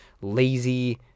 lazy